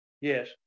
Yes